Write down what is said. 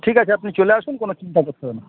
ঠিক আছে আপনি চলে আসুন কোনও চিন্তা করতে হবে না